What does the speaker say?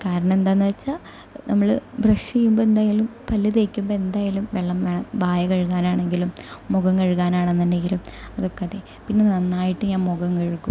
കാരണമെന്താണെന്നുവെച്ചാൽ നമ്മൾ ബ്രഷ് ചെയുമ്പോൾ എന്തായാലും പല്ലുതേയ്ക്കുമ്പോൾ എന്തായാലും വെള്ളം വേണം വായ കഴുകാനാണെങ്കിലും മുഖം കഴുകാനാണെന്നുണ്ടെങ്കിലും അതൊക്കെ അതെ പിന്നെ നന്നായിട്ട് ഞാൻ മുഖം കഴുകും